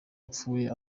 apfuye